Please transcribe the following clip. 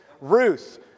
Ruth